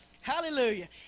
Hallelujah